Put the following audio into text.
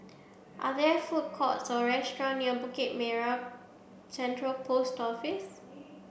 are there food courts or restaurants near Bukit Merah Central Post Office